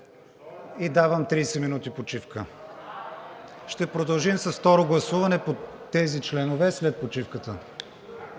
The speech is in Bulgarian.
Давам 30 минути почивка. Ще продължим с второто гласуване по тези членове след почивката.